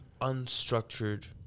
unstructured